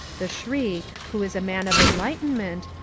the shriek, who is a man of enlightenment,